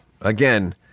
again